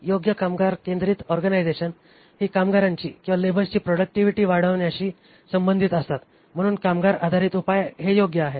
योग्य कामगार केंद्रित ऑर्गनायझेशन हि कामगारांची लेबर्सची प्रॉडक्टिव्हि वाढविण्याशी संबंधित असतात म्हणून कामगार आधारित उपाय हे योग्य आहेत